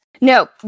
No